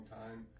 time